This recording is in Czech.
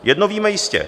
Jedno víme jistě.